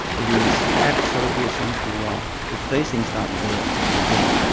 it is absolutely essential to life, if these things don't work you're dead.